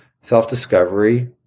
self-discovery